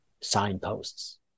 signposts